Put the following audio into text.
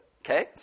Okay